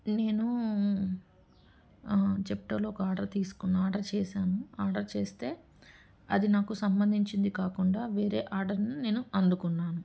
నేను జెప్టోలో ఒక ఆర్డర్ తీసుకున్న ఆర్డర్ చేశాను ఆర్డర్ చేస్తే అది నాకు సంబంధించింది కాకుండా వేరే ఆర్డర్ని నేను అందుకున్నాను